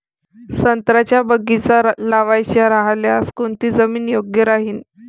संत्र्याचा बगीचा लावायचा रायल्यास कोनची जमीन योग्य राहीन?